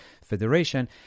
federation